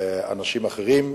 אנשים אחרים,